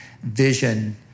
vision